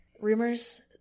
Rumors